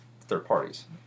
third-parties